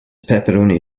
pepperoni